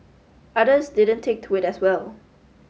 others didn't take to it as well